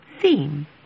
theme